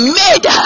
made